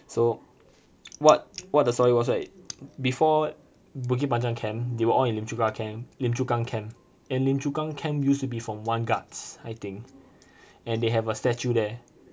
so what what the story was right before bukit panjang camp they were all in lim chu kang lim chu kang camp and lim chu kang camp used to be from one guards I think and they have a statue there